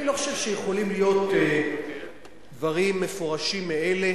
אני לא חושב שיכולים להיות דברים מפורשים מאלה